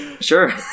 Sure